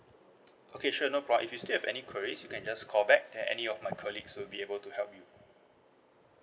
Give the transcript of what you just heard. okay sure no problem if you still have any queries you can just call back and any of my colleagues will be able to help you